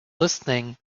listening